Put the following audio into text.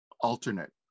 alternate